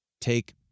take